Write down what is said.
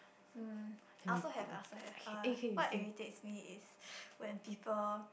um I also have I also have uh what irritates me is when people